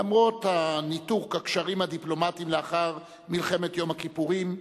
למרות ניתוק הקשרים הדיפלומטיים לאחר מלחמת יום הכיפורים,